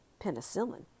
penicillin